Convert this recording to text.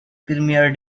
premier